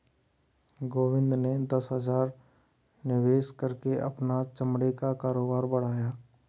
गोविंद ने दस हजार निवेश करके अपना चमड़े का कारोबार बढ़ाया